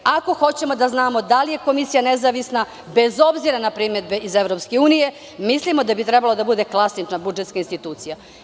Ako hoćemo da znamo da li je komisija nezavisna, bez obzira na primedbe iz EU, mislimo da bi trebalo da bude klasična budžetska institucija.